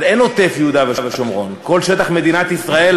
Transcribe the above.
אז אין עוטף-יהודה-ושומרון: כל שטח מדינת ישראל